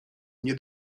nie